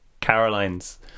Caroline's